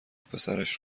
پسرش